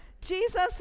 Jesus